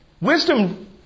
wisdom